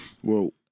Whoa